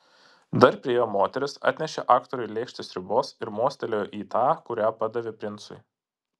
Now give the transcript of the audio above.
dar priėjo moteris atnešė aktoriui lėkštę sriubos ir mostelėjo į tą kurią padavė princui